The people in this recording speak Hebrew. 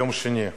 יום שני: